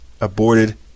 aborted